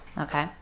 Okay